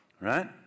right